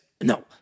No